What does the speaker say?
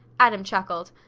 adam chuckled.